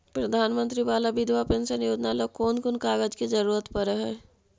प्रधानमंत्री बाला बिधवा पेंसन योजना ल कोन कोन कागज के जरुरत पड़ है?